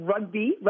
rugby